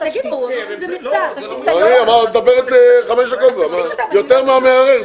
אני חושב שאתם לא שמעתם את